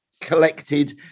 collected